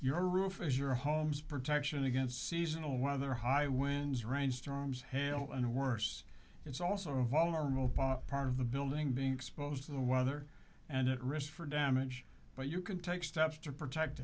your roof is your home's protection against seasonal weather high winds rain storms hail and worse it's also a vulnerable part of the building being exposed to the weather and at risk for damage but you can take steps to protect